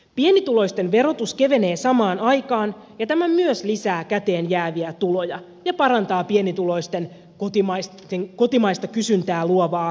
pienituloisten verotus kevenee samaan aikaan ja tämä myös lisää käteen jääviä tuloja ja parantaa pienituloisten kotimaista kysyntää luovaa osuutta